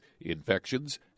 infections